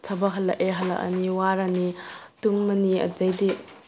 ꯊꯕꯛ ꯍꯟꯂꯛꯑꯦ ꯍꯟꯂꯛꯑꯅꯤ ꯋꯥꯔꯅꯤ ꯇꯨꯝꯃꯅꯤ ꯑꯗꯨꯗꯒꯤꯗꯤ